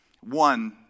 One